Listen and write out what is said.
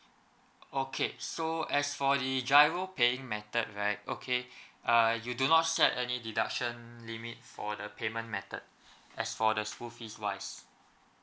okay so as for the giro paying method right okay err you do not set any deduction limit for the payment method as for the school fees wise